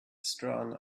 strong